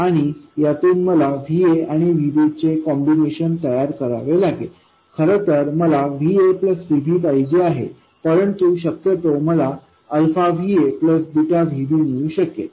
आणि यातून मला VaआणिVbचे कॉम्बिनेशन तयार करावे लागेल खरं तर मला Vaप्लस Vbपाहिजे आहे परंतु शक्यतो मला अल्फा Va प्लस बीटा Vbमिळू शकेल